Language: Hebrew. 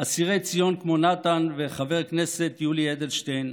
אסירי ציון כמו נתן וחבר הכנסת יולי אדלשטיין,